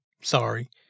Sorry